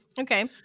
Okay